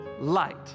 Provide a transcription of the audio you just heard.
light